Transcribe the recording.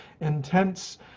intense